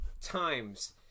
times